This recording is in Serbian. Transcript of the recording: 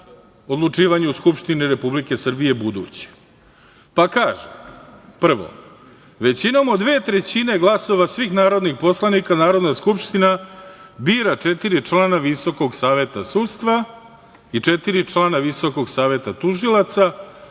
odlučivanje u Skupštini Republike Srbije, buduće. Kaže, prvo, većinom od dve trećine glasova svih narodnih poslanika Narodna skupština bira četiri člana Visokog saveta sudstva i četiri člana Visokog saveta tužilaca,